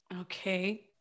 Okay